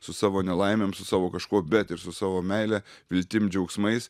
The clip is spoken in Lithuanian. su savo nelaimėm su savo kažkuo bet ir su savo meile viltim džiaugsmais